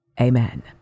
Amen